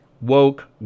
woke